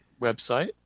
website